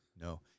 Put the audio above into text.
no